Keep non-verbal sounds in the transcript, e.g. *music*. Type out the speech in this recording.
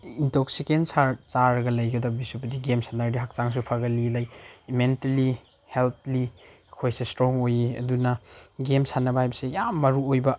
intoxicant *unintelligible* ꯆꯥꯔꯒ ꯂꯩꯒꯗꯕꯒꯤ ꯁꯔꯨꯛꯄꯨꯗꯤ ꯒꯦꯝ ꯁꯥꯟꯅꯔꯁꯨ ꯍꯛꯆꯥꯡꯁꯨ ꯐꯒꯠꯂꯤ ꯂꯥꯏꯛ ꯃꯦꯟꯇꯦꯜꯂꯤ ꯍꯦꯜꯠꯂꯤ ꯑꯩꯈꯣꯏꯁꯦ ꯏꯁꯇ꯭ꯔꯣꯡ ꯑꯣꯏꯌꯦ ꯑꯗꯨꯅ ꯒꯦꯝ ꯁꯥꯟꯅꯕ ꯍꯥꯏꯕꯁꯦ ꯌꯥꯝ ꯃꯔꯨ ꯑꯣꯏꯕ